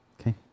Okay